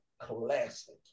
classic